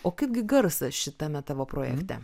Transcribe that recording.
o kaipgi garsas šitame tavo projekte